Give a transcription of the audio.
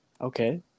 Okay